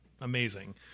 amazing